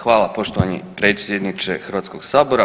Hvala poštovani predsjedniče Hrvatskog sabora.